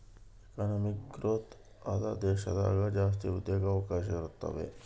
economic growth ಆದ ದೇಶದಾಗ ಜಾಸ್ತಿ ಉದ್ಯೋಗವಕಾಶ ಇರುತಾವೆ